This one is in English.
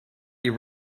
your